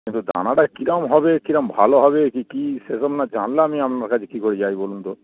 কিন্তু দানাটা কিরম হবে কিরম ভালো হবে কি কী সেসব না জানলে আমি আপনার কাছে কী করে যাই বলুন তো